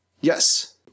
Yes